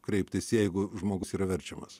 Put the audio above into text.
kreiptis jeigu žmogus yra verčiamas